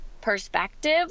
perspective